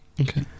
Okay